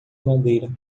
madeira